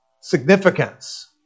significance